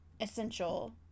essential